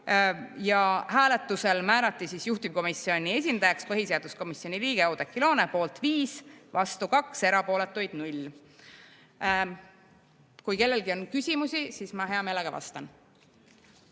Hääletusel määrati juhtivkomisjoni esindajaks põhiseaduskomisjoni liige Oudekki Loone: poolt 5, vastu 2, erapooletuid 0. Kui kellelgi on küsimusi, siis ma hea meelega vastan.